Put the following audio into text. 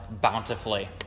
bountifully